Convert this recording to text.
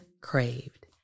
craved